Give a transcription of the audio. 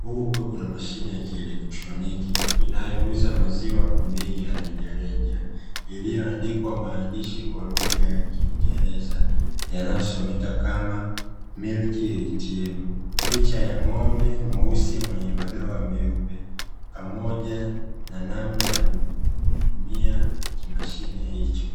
huku kukiwa kuna mashine ya kieletroniki inayouza maziwa kwa bei ya rejareja iliyoandikwa maandishi kwa lugha ya kiingereza yanayosomeka kama "Milk ATM", picha ya ng'ombe mweusi mwenye madoa meupe pamoja na namna ya kutumia mashine hicho.